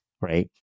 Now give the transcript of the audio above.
right